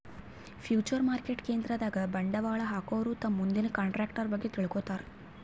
future market ಕೇಂದ್ರದಾಗ್ ಬಂಡವಾಳ್ ಹಾಕೋರು ತಮ್ ಮುಂದಿನ ಕಂಟ್ರಾಕ್ಟರ್ ಬಗ್ಗೆ ತಿಳ್ಕೋತಾರ್